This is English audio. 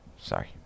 Sorry